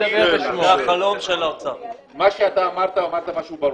מה שאתה אמרת, אמרת משהו ברור.